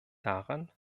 daran